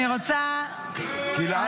אני דואג לביטחון המדינה.